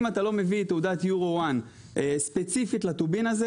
אם אתה לא מביא תעודות EUR1 ספציפית לטובין הזה